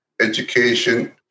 education